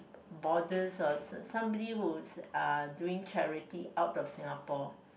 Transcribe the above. boarders or somebody who is uh doing charity out of Singapore